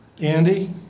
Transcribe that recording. Andy